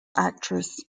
actress